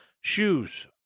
shoes